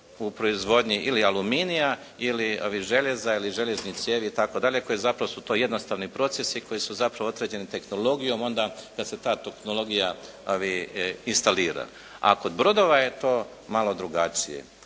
u proizvodnji ili aluminija ili željeza ili željeznih cijevi itd. koji zapravo su to jednostavni procesi koji su zapravo određeni tehnologijom onda kad se ta tehnologija instalira. A kod brodova je to malo drugačije.